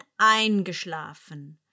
eingeschlafen